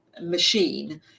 machine